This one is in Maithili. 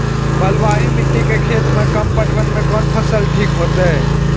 बलवाही मिट्टी के खेत में कम पटवन में कोन फसल ठीक होते?